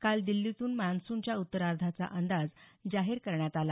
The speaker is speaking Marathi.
काल दिल्लीतून मान्सूनच्या उत्तरार्धाचा अंदाज जाहीर करण्यात आला